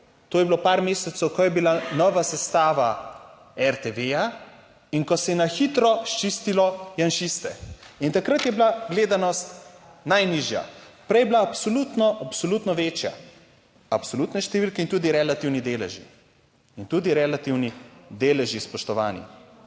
to je bilo par mesecev, ko je bila nova sestava RTV in ko se je na hitro sčistilo janšiste in takrat je bila gledanost najnižja, prej je bila absolutno, absolutno večja, absolutne številke in tudi relativni deleži in tudi relativni deleži, spoštovani.